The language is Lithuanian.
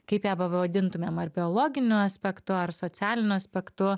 kaip ją bepavadintumėm ar biologiniu aspektu ar socialiniu aspektu